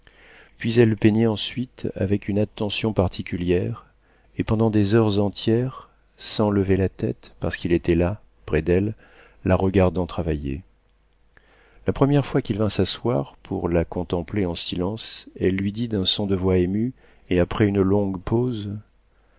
puis elle peignait ensuite avec une attention particulière et pendant des heures entières sans lever la tête parce qu'il était là près d'elle la regardant travailler la première fois qu'il vint s'asseoir pour la contempler en silence elle lui dit d'un son de voix ému et après une longue pause